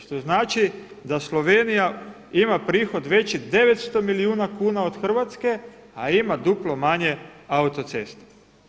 Što znači da Slovenija ima prihod veći 900 milijuna kuna od Hrvatske a ima duplo manje autocesta.